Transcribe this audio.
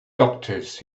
doctors